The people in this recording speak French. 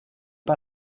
pas